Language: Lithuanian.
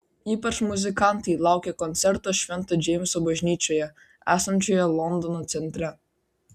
ypač muzikantai laukia koncerto švento džeimso bažnyčioje esančioje londono centre